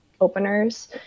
openers